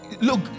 Look